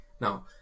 Now